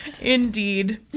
Indeed